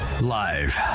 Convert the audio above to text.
Live